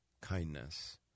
kindness